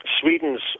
Sweden's